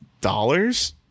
dollars